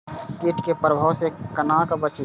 कीट के प्रभाव से कोना बचीं?